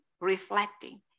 reflecting